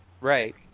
Right